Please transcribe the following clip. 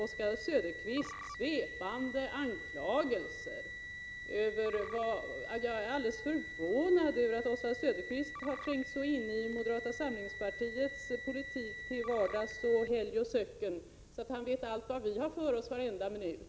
Oswald Söderqvist kom med en svepande anklagelse att jag skulle vara förvånad över att Oswald Söderqvist så har trängt in i moderata samlingspartiets politik till vardags och i helg och söcken att han vet allt vad vi har för oss varenda minut.